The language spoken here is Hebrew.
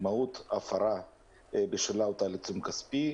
מהות הפרה בשלה הוטל עיצום כספי,